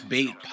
Bait